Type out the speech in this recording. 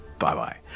Bye-bye